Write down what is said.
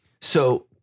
So-